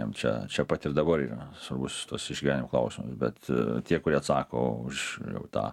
jiems čia čia pat ir dabar yra svarbus tas išgyvenimo klausimas bet tie kurie atsako už tą